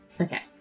Okay